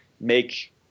make